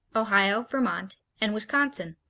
ohio, vermont and wisconsin.